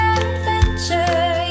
adventure